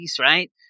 right